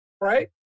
Right